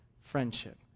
friendship